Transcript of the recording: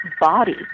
body